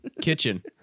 kitchen